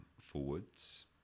forwards